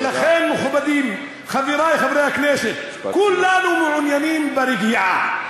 מכובדי, חברי חברי הכנסת, כולנו מעוניינים ברגיעה.